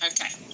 Okay